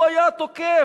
הוא היה התוקף.